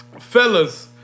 fellas